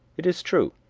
it is true,